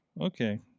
Okay